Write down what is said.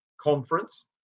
conference